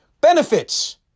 Benefits